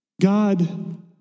God